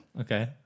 Okay